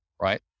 right